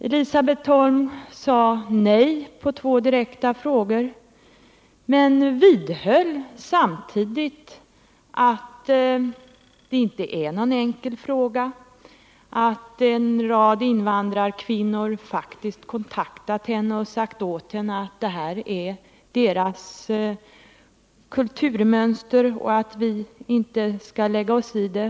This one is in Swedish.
Elisabet Holm svarade nej på två direkta frågor men vidhöll samtidigt att det inte är någon enkel fråga, att en rad invandrarkvinnor faktiskt kontaktat henne och sagt åt henne att det här är deras kulturmönster och att vi inte skall lägga oss i det.